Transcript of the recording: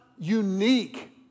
unique